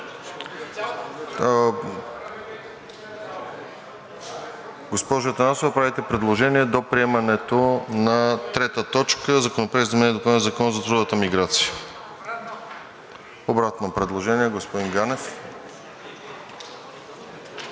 Госпожо Атанасова, правите предложение до приемането на трета точка – Законопроекта за изменение и допълнение на Закона за трудовата миграция. Обратно предложение – господин Ганев.